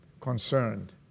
concerned